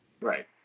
Right